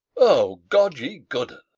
o, god ye good-en!